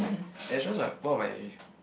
it's just like one of my